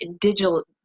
digital